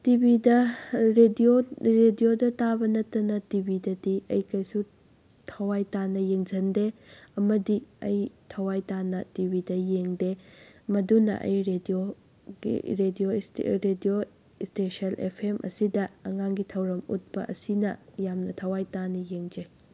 ꯇꯤꯚꯤꯗ ꯔꯦꯗꯤꯑꯣ ꯔꯦꯗꯤꯑꯣꯗ ꯇꯥꯕ ꯅꯠꯇꯅ ꯇꯤꯚꯤꯗꯗꯤ ꯑꯩ ꯀꯩꯁꯨ ꯊꯋꯥꯏ ꯇꯥꯅ ꯌꯦꯡꯁꯟꯗꯦ ꯑꯃꯗꯤ ꯑꯩ ꯊꯋꯥꯏ ꯇꯥꯅ ꯇꯤꯚꯤꯗ ꯌꯦꯡꯗꯦ ꯃꯗꯨꯅ ꯑꯩ radio radio radio station F M ꯑꯁꯤꯗ ꯑꯉꯥꯡꯒꯤ ꯊꯧꯔꯝ ꯎꯠꯄ ꯑꯁꯤꯅ ꯌꯥꯝꯅ ꯊꯋꯥꯏ ꯇꯥꯅ ꯌꯦꯡꯖꯩ